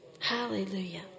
Hallelujah